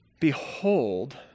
Behold